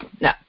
no